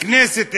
הכנסת העשרים,